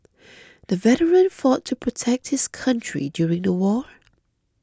the veteran fought to protect his country during the war